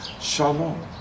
Shalom